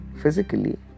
physically